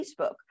Facebook